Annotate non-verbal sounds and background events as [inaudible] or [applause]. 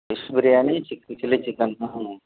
fish biryani சிக்கு chilli chicken [unintelligible]